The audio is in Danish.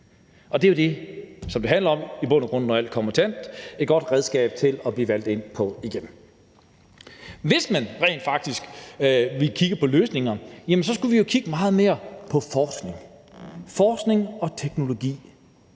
og grund det, som det handler om, når alt kommer til alt: et godt redskab til at blive valgt ind igen. Hvis man rent faktisk ville kigge på løsninger, så skulle vi jo kigge meget mere på forskning – forskning og teknologi.